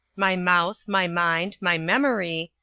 my mouth, my mind, my memory,